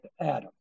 Adam